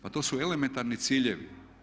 Pa to su elementarni ciljevi.